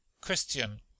Christian